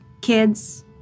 kids